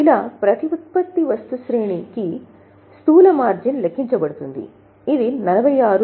ఇలా ప్రతి ఉత్పత్తి వస్తు శ్రేణి కి స్థూల మార్జిన్ లెక్కించబడుతుంది ఇది 46